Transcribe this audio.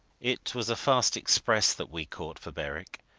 it was a fast express that we caught for berwick,